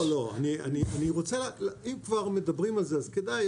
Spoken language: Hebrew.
לא, לא, אם כבר מדברים על זה אז כדאי.